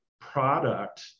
product